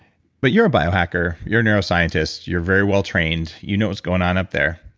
but you're a biohacker, you're a neuroscientist, you're very well trained, you know what's going on up there.